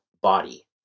body